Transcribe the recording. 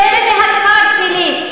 צא מהכפר שלי,